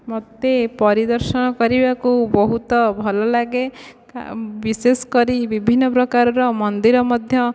ମୋତେ ପରିଦର୍ଶନ କରବାକୁ ବହୁତ ଭଲ ଲାଗେ ବିଶେଷ କରି ବିଭିନ୍ନ ପ୍ରକାରର ମନ୍ଦିର ମଧ୍ୟ